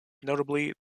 notably